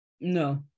No